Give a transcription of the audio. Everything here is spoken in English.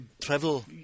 travel